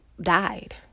died